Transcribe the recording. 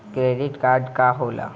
Credit card का होला?